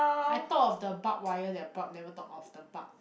I thought of the barbed wire that barbed never talk of the bark